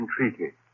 entreaty